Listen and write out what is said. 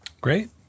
Great